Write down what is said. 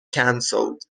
cancelled